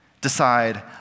decide